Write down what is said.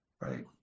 Right